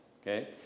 Okay